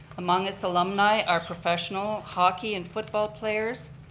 among its alumni are professional hockey and football players,